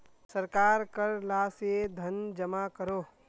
सरकार कर ला से धन जमा करोह